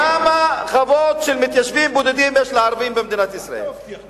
כמה חוות של מתיישבים בודדים יש לערבים במדינת ישראל?